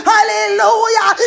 Hallelujah